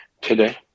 today